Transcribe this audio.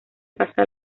pasa